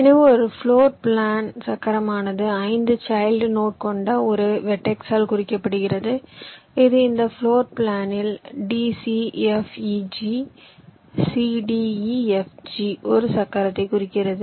எனவே ஒரு floor plan சக்கரம் ஆனது 5 சைல்டு நோட் கொண்ட ஒரு வெர்டெக்ஸால் குறிக்கப்படுகிறது இது இந்த பிளோர் பிளானில் d c f e g c d e f g ஒரு சக்கரத்தைக் குறிக்கிறது